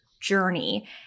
journey